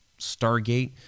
stargate